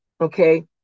Okay